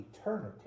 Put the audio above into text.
eternity